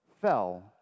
fell